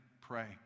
Pray